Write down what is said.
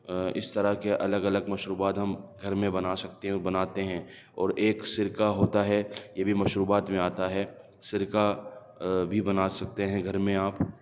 اس طرح کے الگ الگ مشروبات ہم گھر میں بنا سکتے ہیں اور بناتے ہیں اور ایک سرکہ ہوتا ہے یہ بھی مشروبات میں آتا ہے سرکہ بھی بنا سکتے ہیں گھر میں آپ